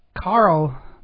Carl